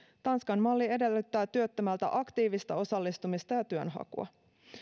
tanskan malli edellyttää työttömältä aktiivista osallistumista ja työnhakua